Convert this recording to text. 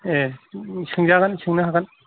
ए सोंजागोन सोंनो हागोन